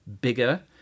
bigger